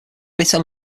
bitter